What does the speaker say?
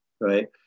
Right